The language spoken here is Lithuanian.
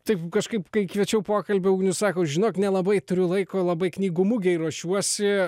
taip kažkaip kai kviečiau pokalbiui ugnius sako žinok nelabai turiu laiko labai knygų mugei ruošiuosi